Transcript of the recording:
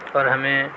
اور ہمیں